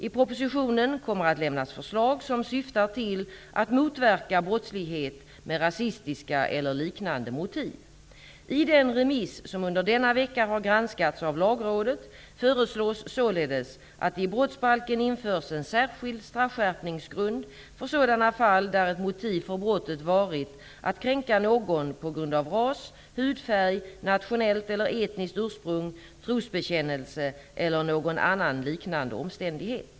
I propositionen kommer att lämnas förslag som syftar till att motverka brottslighet med rasistiska eller liknande motiv. I den remiss som under denna vecka har granskats av Lagrådet föreslås således att det i brottsbalken införs en särskild straffskärpningsgrund för sådana fall där ett motiv för brottet varit att kränka någon på grund av ras, hudfärg, nationellt eller etniskt ursprung, trosbekännelse eller någon annan liknande omständighet.